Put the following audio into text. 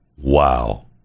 Wow